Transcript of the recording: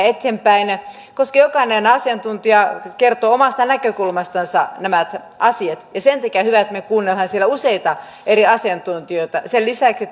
eteenpäin koska jokainen asiantuntija kertoo omasta näkökulmastansa nämä asiat sen takia on hyvä että me kuuntelemme siellä useita eri asiantuntijoita sen lisäksi